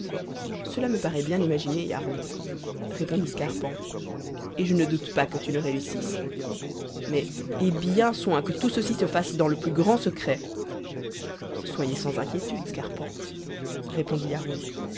cela me paraît bien imaginé yarhud répondit scarpante et je ne doute pas que tu ne réussisses mais aie bien soin que tout ceci sa fasse dans le plus grand secret soyez sans inquiétude scarpante répondit yarhud